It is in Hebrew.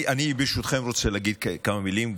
ברשותכם, אני רוצה להגיד כמה מילים.